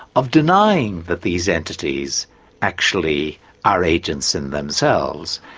of denying that these entities actually are agents in themselves,